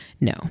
No